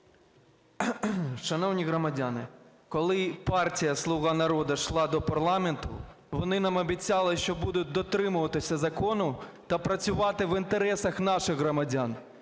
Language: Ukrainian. Шановні громадяни! Коли партія "Слуга народу" йшла до парламенту, вони нам обіцяли, що будуть дотримуватися закону та працювати в інтересах наших громадян.